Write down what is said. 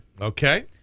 Okay